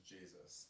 Jesus